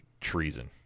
treason